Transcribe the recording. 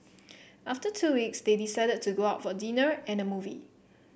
after two weeks they decided to go out for dinner and a movie